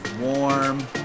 warm